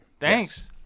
Thanks